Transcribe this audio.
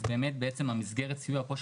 מסגרת הסיוע,